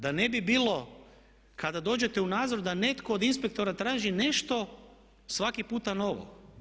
Da ne bi bilo kada dođete u nadzor da netko od inspektora traži nešto svaki puta novo.